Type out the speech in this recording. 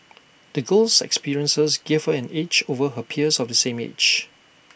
the girl's experiences gave her an edge over her peers of same age